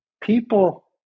people